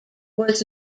was